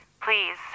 please